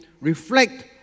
reflect